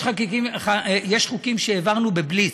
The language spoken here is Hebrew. יש חוקים שהעברנו בבליץ.